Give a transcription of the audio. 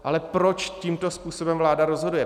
Ale proč tímto způsobem vláda rozhoduje?